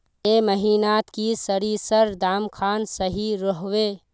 ए महीनात की सरिसर दाम खान सही रोहवे?